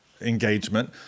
engagement